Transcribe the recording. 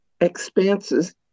expanses